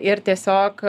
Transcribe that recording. ir tiesiog